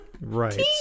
right